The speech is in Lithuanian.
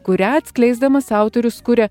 kurią atskleisdamas autorius kuria